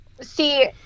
see